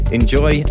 enjoy